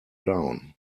down